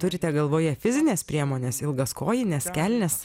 turite galvoje fizines priemones ilgas kojines kelnes